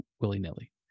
willy-nilly